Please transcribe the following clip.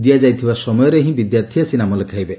ଦିଆଯାଇଥିବା ସମୟରେ ହିଁ ବିଦ୍ୟାର୍ଥୀ ଆସି ନାମ ଲେଖାଇବେ